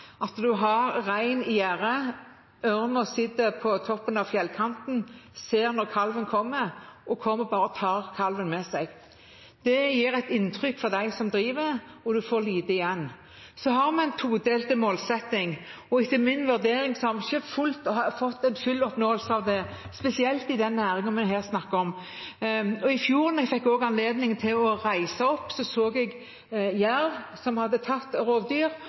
ser når kalven kommer, og så kommer den og bare tar med seg kalven. Det gjør inntrykk på dem som driver, og de får lite igjen. Vi har en todelt målsetting, og etter min vurdering har vi ikke hatt en full måloppnåelse av den, spesielt i den næringen vi nå snakker om. I fjor, da jeg også hadde anledning til å reise opp, så jeg jerv som hadde tatt